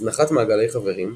הזנחת מעגלי חברים,